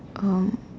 um